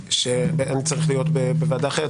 אני צריך להיות בוועדה אחרת,